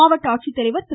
மாவட்ட ஆட்சித்தலைவர் திரு